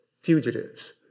fugitives